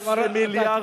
14 מיליארד שקל,